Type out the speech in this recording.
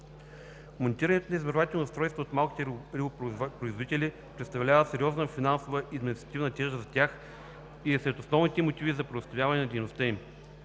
Монтирането на измервателни устройства от малките рибопроизводители представлява сериозна финансова и административна тежест за тях и е сред основните мотиви за преустановяване на дейността им.